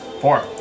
Four